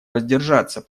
воздержаться